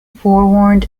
forewarned